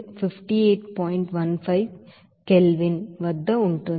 15K వద్ద ఉంటుంది